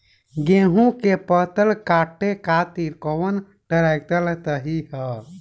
गेहूँ के फसल काटे खातिर कौन ट्रैक्टर सही ह?